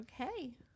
Okay